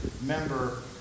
member